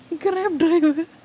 Grab driver